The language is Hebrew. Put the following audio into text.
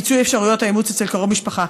מיצוי אפשרויות האימוץ אצל קרוב משפחה),